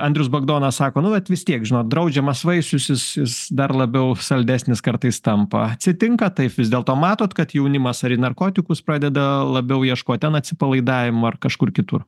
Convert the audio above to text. andrius bagdonas sako nu vat vis tiek žinot draudžiamas vaisius jis jis dar labiau saldesnis kartais tampa atsitinka taip vis dėlto matot kad jaunimas ar į narkotikus pradeda labiau ieško ten atsipalaidavimo ar kažkur kitur